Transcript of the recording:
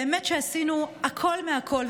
עשינו הכול מהכול.